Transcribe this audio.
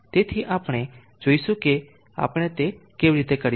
તેથી આપણે જોશું કે આપણે તે કેવી રીતે કરીશું